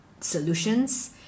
solutions